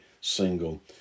single